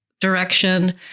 direction